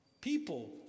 People